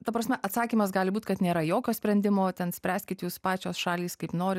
ta prasme atsakymas gali būt kad nėra jokio sprendimo ten spręskit jūs pačios šalys kaip norit